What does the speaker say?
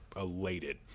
elated